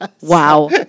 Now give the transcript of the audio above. Wow